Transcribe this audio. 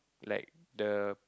like the